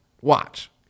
watch